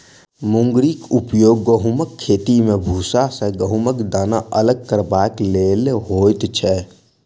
मुंगरीक उपयोग गहुमक खेती मे भूसा सॅ गहुमक दाना अलग करबाक लेल होइत छै